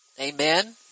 Amen